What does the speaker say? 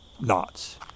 knots